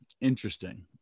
Interesting